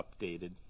updated